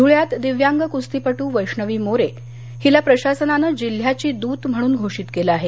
धुळ्यात दिव्यांग कुस्तीपटू वैष्णवी मोरे हिला प्रशासनानं जिल्ह्याची दूत म्हणून घोषित केलं आहे